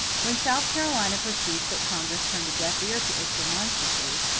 when south carolina perceived that congress turned a deaf ear to its remonstrances,